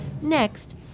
Next